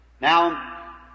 Now